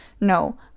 no